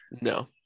No